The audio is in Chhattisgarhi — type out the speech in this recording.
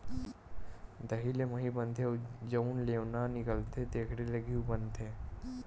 दही ले मही बनथे अउ जउन लेवना निकलथे तेखरे ले घींव बनाथे